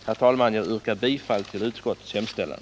Herr talman! Jag yrkar bifall till utskottets hemställan.